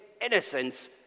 innocence